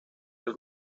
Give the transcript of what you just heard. del